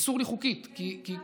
אסור לי חוקית, כי כשיש,